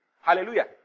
Hallelujah